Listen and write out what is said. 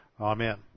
Amen